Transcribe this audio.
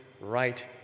right